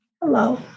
Hello